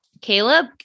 Caleb